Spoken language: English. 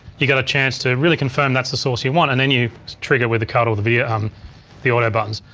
you got a chance to really confirm that's the source you want, and and you trigger with the cut or via um the auto buttons.